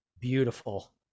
beautiful